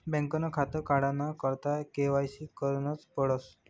बँकनं खातं काढाना करता के.वाय.सी करनच पडस